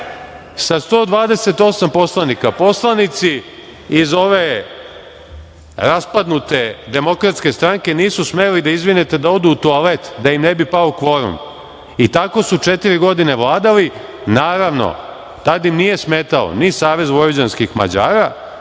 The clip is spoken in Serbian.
128 poslanika. Poslanici iz ove raspadnute Demokratske stranke nisu smeli, da izvinete, da odu u toalet, da im ne bi pao kvorum i tako su četiri godine vladali. Naravno, tada im nije smetalo ni Savez vojvođanskih Mađara,